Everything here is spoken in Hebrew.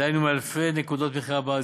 דהיינו מאלפי נקודות מכירה בארץ,